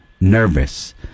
nervous